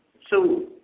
so